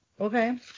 Okay